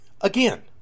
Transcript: again